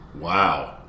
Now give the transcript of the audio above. Wow